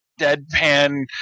deadpan